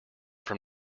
from